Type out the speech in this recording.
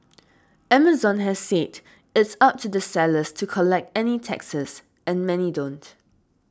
Amazon has said it's up to the sellers to collect any taxes and many don't